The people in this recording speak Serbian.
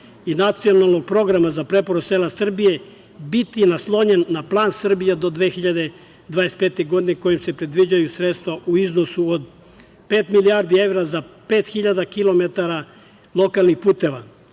i Nacionalnog programa za preporod sela Srbije biti naslonjen na plan „Srbija do 2025. godine“, kojim se predviđaju sredstva u iznosu od pet milijardi evra za pet hiljada kilometara